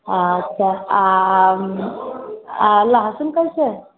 अच्छा आ आ लहसुन कइसे हइ